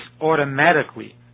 automatically